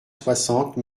soixante